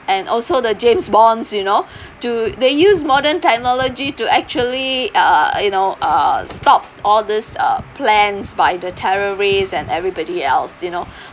and also the james bonds you know to they use modern technology to actually uh you know uh stop all these uh plans by the terrorists and everybody else you know